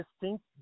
distinct